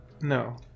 No